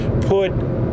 put –